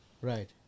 right